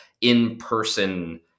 in-person